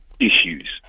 issues